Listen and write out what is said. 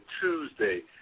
Tuesday